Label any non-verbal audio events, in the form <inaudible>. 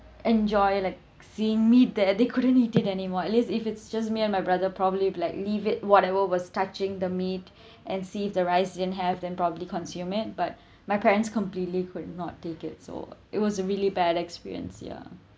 enjoy like seeing meat that they couldn't eat it anymore at least if it's just me and my brother probably like leave it whatever was touching the meat <breath> and see if the rice didn't have then probably consume it but <breath> my parents completely could not take it so it was a really bad experience yeah